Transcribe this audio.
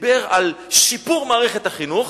דיבר על שיפור מערכת החינוך,